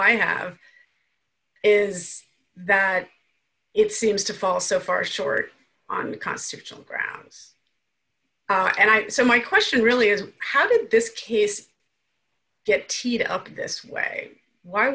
i have is that it seems to fall so far short on the constitutional grounds and i so my question really is how did this case get teed up this way why